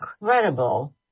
incredible